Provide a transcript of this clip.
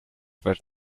worth